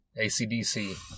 ACDC